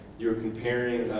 you were comparing